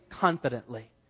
confidently